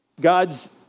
God's